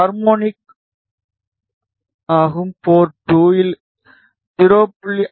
harmonic ஆகும் port 2 இல் 0